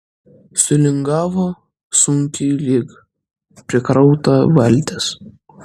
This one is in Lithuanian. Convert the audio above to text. sulingavo sunkiai lyg prikrauta valtis